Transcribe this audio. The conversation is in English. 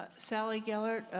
ah sally gellert,